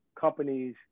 companies